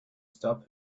stop